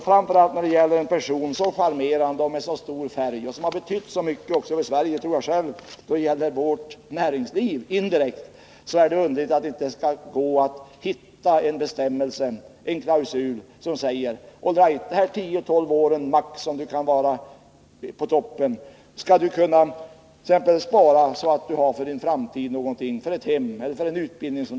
Framför allt när det gäller en person som är så charmerande, med sådan färg, och som har betytt så mycket indirekt för Sveriges näringsliv är det underligt att det inte skall gå att hitta en klausul som säger: All right, under dessa tio-tolv år som du kan vara på toppen skall du kunna spara så att du har någonting för framtiden, till ett hem, en utbildning.